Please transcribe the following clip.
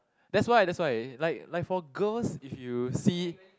that's why that's why like like for girls if you see